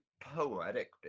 poetic